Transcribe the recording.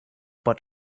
but